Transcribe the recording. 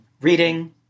reading